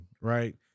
right